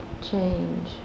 change